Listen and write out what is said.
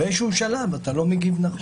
באיזשהו שלב אתה לא מגיב נכון.